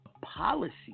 policy